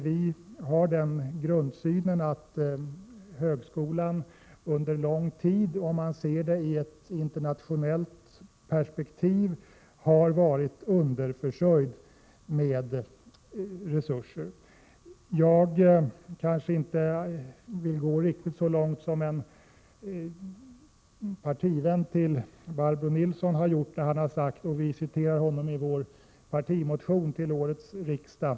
Vi har den grundsynen att högskolan under lång tid, sett i ett internationellt perspektiv, har varit underförsörjd med resurser. Jag kanske inte vill gå riktigt lika långt som en partivän till Barbro Nilsson har gjort. Vi citerade honom i vår partimotion till årets riksdag.